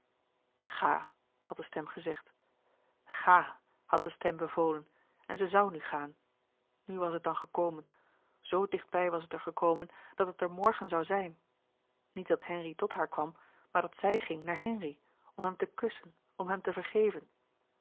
ga had de stem gezegd ga had de stem bevolen en zij zoû nu gaan nu was het dan gekomen zo dicht was het er gekomen dat het er morgen zoû zijn niet dat henri tot haar kwam maar dat zij ging naar henri om hem te kussen om hem te vergeven